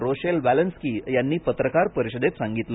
Rochelle Walensky यांनी पत्रकार परिषदेत सांगितले